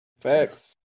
Facts